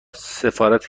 سفارت